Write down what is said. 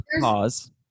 pause